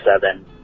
seven